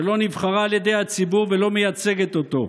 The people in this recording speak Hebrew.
שלא נבחרה על ידי הציבור ולא מייצגת אותו,